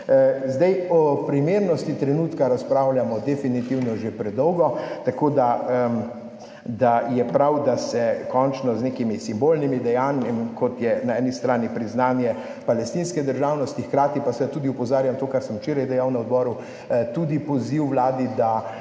O primernosti trenutka razpravljamo že definitivno predolgo, tako da je prav, da se končno z nekimi simbolnimi dejanji, kot je na eni strani priznanje palestinske državnosti, hkrati pa seveda tudi opozarjam to, kar sem včeraj dejal na odboru, tudi poziv vladi, da